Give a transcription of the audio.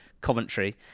Coventry